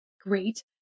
great